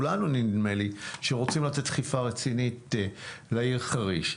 נדמה לי שכולנו בצד שרוצה לתת רצינית לעיר חריש.